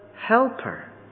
helper